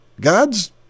God's